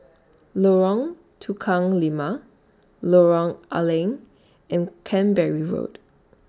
Lorong Tukang Lima Lorong A Leng and Canberra Road